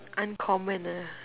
uncommon ah